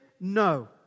No